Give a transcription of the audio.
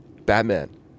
batman